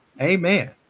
Amen